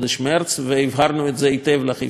הבהרנו את זה היטב לחיפה כימיקלים.